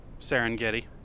Serengeti